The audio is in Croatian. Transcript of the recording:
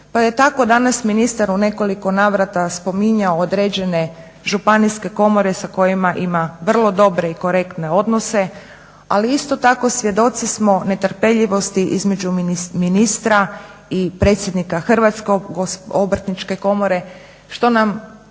pa je tako danas ministar u nekoliko navrata spominjao određene županijske komore s kojima ima vrlo dobre i korektne odnose ali isto tako svjedoci smo netrpeljivosti između ministra i predsjednika Hrvatske obrtničke komore što nam